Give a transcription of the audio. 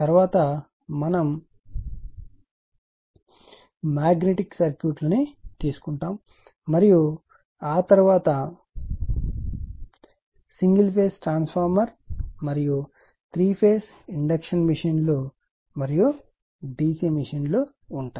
తరువాత మనం మాగ్నెటిక్ సర్క్యూట్లను తీసుకుంటాము మరియు ఆ తరువాత సింగిల్ ఫేజ్ ట్రాన్స్ఫార్మర్ మరియు 3 ఫేజ్ ఇండక్షన్ మెషీన్లు మరియు DC మెషీన్లు ఉంటాయి